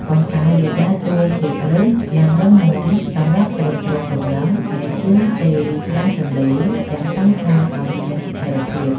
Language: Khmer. ប៉ុន្តែវាដើរតួជាគ្រឹះយ៉ាងរឹងមាំសម្រាប់ទ្រទ្រង់លំនឹងនៃជើងទេរច្រាំងទន្លេទាំងសងខាងឱ្យមានស្ថិរភាព។